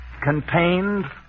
contained